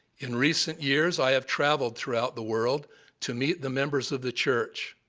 in recent years i have traveled throughout the world to meet the members of the church.